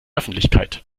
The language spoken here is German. öffentlichkeit